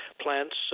plants